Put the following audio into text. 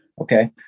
Okay